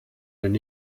denn